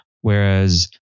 whereas